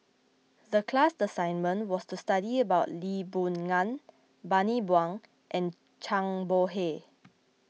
the class assignment was to study about Lee Boon Ngan Bani Buang and Zhang Bohe